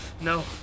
No